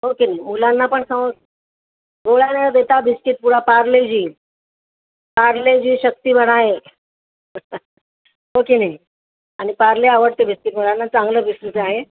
हो की नाही मुलांना पण सम गोळ्या न देता बिस्कीट पुडा पारले जी पारले जी शक्ती बनाए हो की नाही आणि पारले आवडते बिस्कीट मुलांना चांगलं बिस्कीट आहे